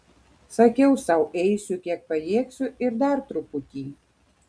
sakiau sau eisiu kiek pajėgsiu ir dar truputį